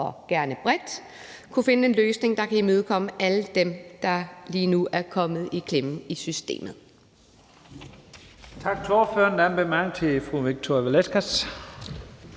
og gerne bredt kan finde en løsning, der kan imødekomme alle dem, der lige nu er kommet i klemme i systemet.